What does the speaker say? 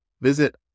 Visit